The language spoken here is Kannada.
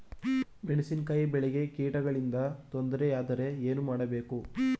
ಮೆಣಸಿನಕಾಯಿ ಬೆಳೆಗೆ ಕೀಟಗಳಿಂದ ತೊಂದರೆ ಯಾದರೆ ಏನು ಮಾಡಬೇಕು?